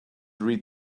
read